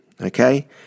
Okay